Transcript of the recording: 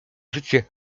życie